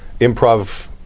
improv